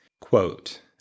Quote